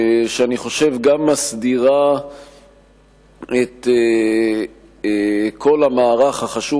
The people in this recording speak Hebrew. שאני חושב גם מסדירה את כל המערך החשוב